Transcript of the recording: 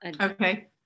Okay